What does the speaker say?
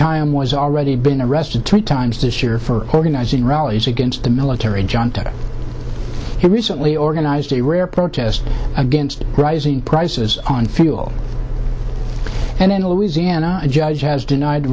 kayyem was already been arrested twenty times this year for organizing rallies against the military john he recently organized a rare protest against rising prices on fuel and in louisiana a judge has denied